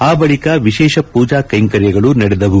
ಆ ಬಳಿಕ ವಿಶೇಷ ಪೂಜಾ ಕೈಂಕರ್ಯಗಳು ನಡೆದವು